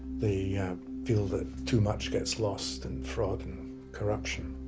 they feel that too much gets lost and fraud and corruption.